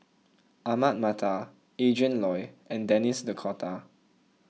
Ahmad Mattar Adrin Loi and Denis D'Cotta